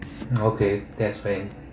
um okay that's very